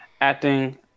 Acting